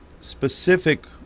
specific